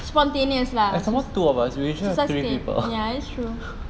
spontaneous lah susah sikit ya it's true